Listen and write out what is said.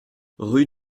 rue